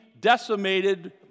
decimated